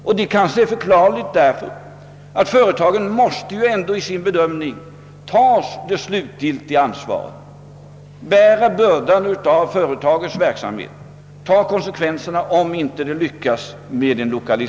Det är kanske förklarligt, eftersom det ändå är företagen som måste ta det slutliga ansvaret, bära bördan av företagens verksamhet, ta konsekvenserna om en lokalisering inte lyckas.